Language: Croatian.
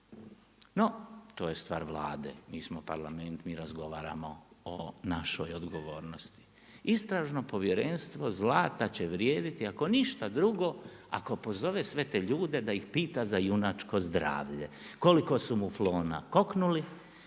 No, to je stvar Vlade. Mi smo Parlament mi razgovaramo o našoj odgovornosti. Istražno povjerenstvo zlata će vrijediti ako ništa drugo ako pozove sve te ljude da ih pita za junačko zdravlje. Koliko su muflona koknuli,